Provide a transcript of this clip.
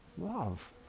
Love